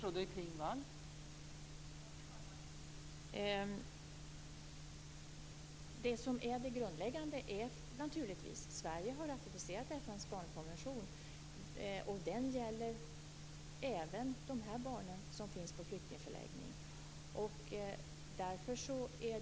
Fru talman! Det grundläggande är naturligtvis att Sverige har ratificerat FN:s barnkonvention. Den gäller även för de barn som finns på flyktingförläggning.